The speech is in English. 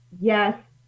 yes